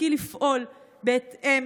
נשכיל לפעול בהתאם